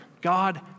God